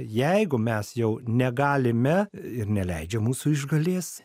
jeigu mes jau negalime ir neleidžia mūsų išgalės